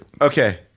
Okay